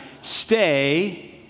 stay